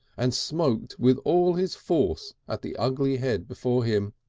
and smote with all his force at the ugly head before him.